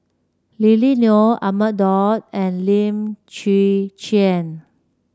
Lily Neo Ahmad Daud and Lim Chwee Chian